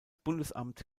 bundesamt